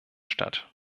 statt